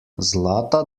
zlata